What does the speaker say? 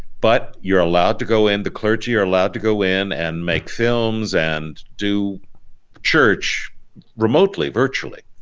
but you're allowed to go in. the clergy are allowed to go in and make films and do church remotely, virtually.